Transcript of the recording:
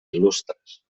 il·lustres